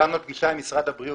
קבענו פגישה עם משרד הבריאות.